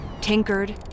tinkered